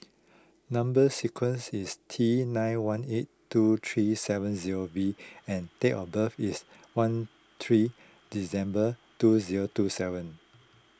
Number Sequence is T nine one eight two three seven zero V and date of birth is one three December two zero two seven